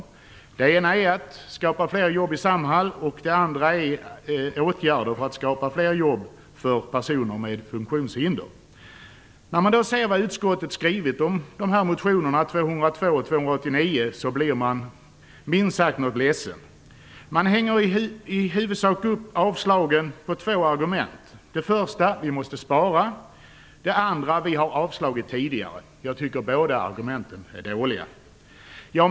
Den ena motionen handlar om att man skall skapa fler jobb inom Samhall, och den andra handlar om åtgärder för att skapa fler jobb för personer med funktionshinder. När man sedan ser vad utskottet har skrivit om dessa motioner, A202 och A289, blir man minst sagt ledsen. Utskottet hänger upp avstyrkandet på två argument. Det första argumentet är att man måste spara, och det andra är att utskottet tidigare har avstyrkt. Jag tycker att båda argumenten är dåliga.